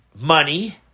money